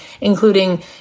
including